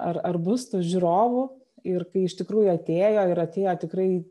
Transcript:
ar ar bus tų žiūrovų ir kai iš tikrųjų atėjo ir atėjo tikrai